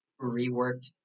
reworked